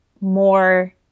more